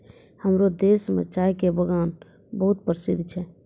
हमरो देश मॅ चाय के बागान बहुत प्रसिद्ध छै